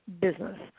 business